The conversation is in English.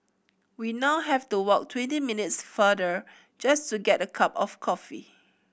we now have to walk twenty minutes farther just to get a cup of coffee